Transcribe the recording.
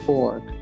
org